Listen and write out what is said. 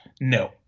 No